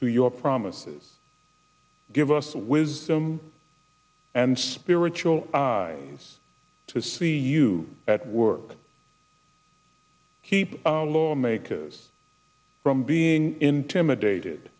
to your promises give us the wisdom and spiritual to see you at work keep lawmakers from being intimidated